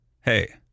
hey